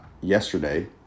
yesterday